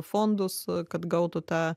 fondus kad gautų tą